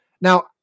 Now